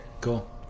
Cool